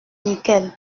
nickel